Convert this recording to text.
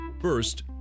First